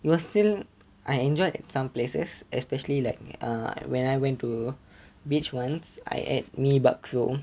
it was still I enjoyed some places especially like uh when I went to beach once I ate mee bakso